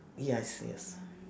yes yes